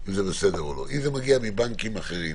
זה מגיע מבנקים אחרים